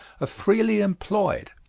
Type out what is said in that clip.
freely employed.